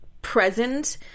Present